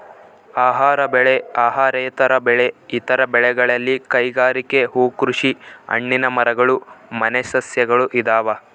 ಆಹಾರ ಬೆಳೆ ಅಹಾರೇತರ ಬೆಳೆ ಇತರ ಬೆಳೆಗಳಲ್ಲಿ ಕೈಗಾರಿಕೆ ಹೂಕೃಷಿ ಹಣ್ಣಿನ ಮರಗಳು ಮನೆ ಸಸ್ಯಗಳು ಇದಾವ